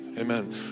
Amen